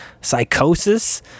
Psychosis